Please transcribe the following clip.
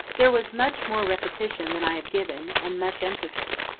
there was much more repetition than i have given, and much emphasis.